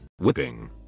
Whipping